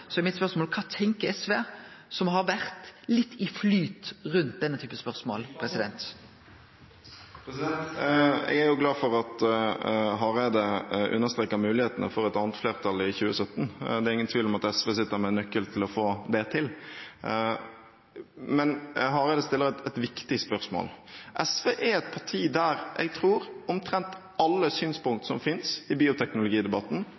så er mitt spørsmål: Kva tenkjer SV, som har vore litt i flyt rundt denne typen spørsmål? Jeg er jo glad for at Hareide understreker mulighetene for et annet flertall i 2017. Det er ingen tvil om at SV sitter med en nøkkel for å få det til. Men Hareide stiller et viktig spørsmål. SV er et parti der jeg tror omtrent alle